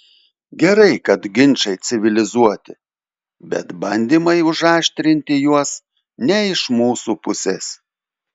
gerai kad ginčai civilizuoti bet bandymai užaštrinti juos ne iš mūsų pusės